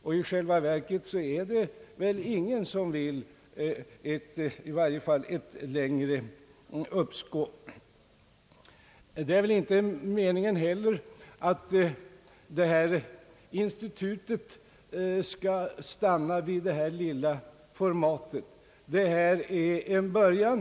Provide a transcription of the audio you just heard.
I själva verket är det väl ingen som vill ett längre uppskov. Det är väl inte heller meningen att institutet skall stanna vid det lilla format som här föreslås. Detta är en början.